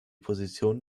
position